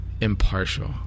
impartial